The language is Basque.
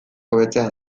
hobetzea